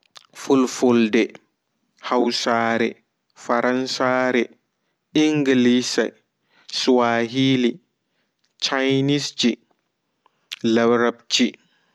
Fulfulde hausaare faransaare engise swahili chinieses ge laraɓci